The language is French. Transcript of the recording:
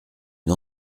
une